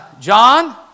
John